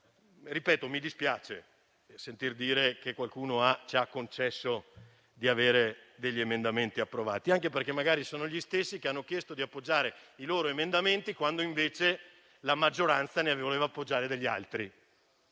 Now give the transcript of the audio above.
mi dispiace sentir dire che qualcuno ci ha concesso di vedere approvati alcuni emendamenti, anche perché magari sono gli stessi che hanno chiesto di appoggiare i loro quando invece la maggioranza ne voleva appoggiare altri.